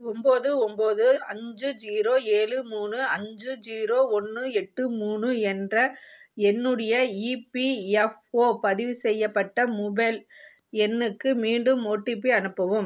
ஒம்பது ஒம்பது அஞ்சு ஜீரோ ஏழு மூணு அஞ்சு ஜீரோ ஒன்று எட்டு மூணு என்ற என்னுடைய இபிஎஃப்ஓ பதிவு செய்யப்பட்ட மொபைல் எண்ணுக்கு மீண்டும் ஓடிபி அனுப்பவும்